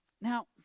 Now